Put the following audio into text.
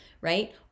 right